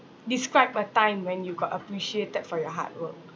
describe a time when you got appreciated for your hard work